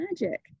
magic